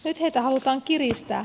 nyt heitä halutaan kiristää